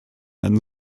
einen